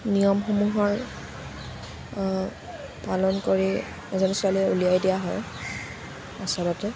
নিয়মসূহৰ পালন কৰি এজনী ছোৱালী উলিয়াই দিয়া হয় আচলতে